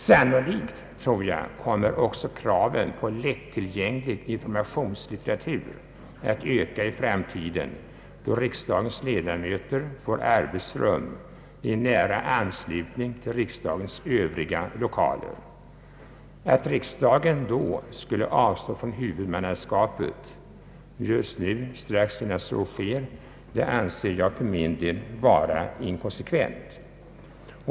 Sannolikt kommer kraven på lättillgänglig informationslitteratur att ytterligare öka i framtiden, då riksdagens ledamöter får arbetsrum i nära anslutning till riksdagens övriga lokaler. Att riksdagen skulle avstå från huvudmannaskapet strax innan så sker, anser jag vara inkonsekvent.